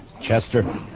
Chester